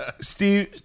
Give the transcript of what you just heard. steve